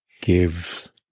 gives